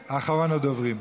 יונה, אחרון הדוברים.